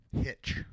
Hitch